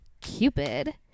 cupid